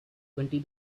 twenty